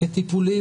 הטיפולי,